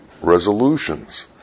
resolutions